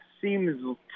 seems